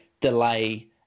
delay